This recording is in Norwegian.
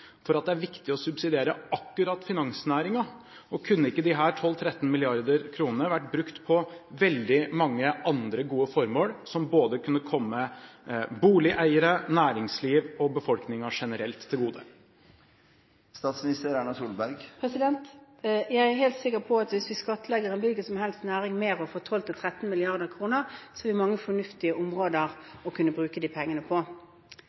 for at det er viktig å subsidiere akkurat finansnæringen? Kunne ikke disse 12–13 mrd. kr vært brukt på veldig mange andre gode formål som kunne kommet både boligeiere, næringsliv og befolkningen generelt til gode? Jeg er helt sikker på av hvis vi skattlegger en hvilken som helst næring mer og får 12–13 mrd. kr, vil vi ha mange fornuftige områder å kunne bruke de pengene på.